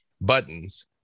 buttons